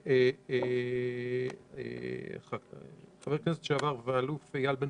לחבר הכנסת לשעבר האלוף איל בן